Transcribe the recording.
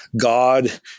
God